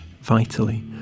vitally